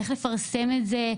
איך לפרסם את זה.